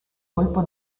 colpo